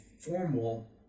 formal